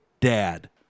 dad